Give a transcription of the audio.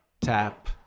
tap